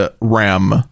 RAM